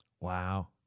Wow